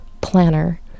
planner